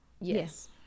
Yes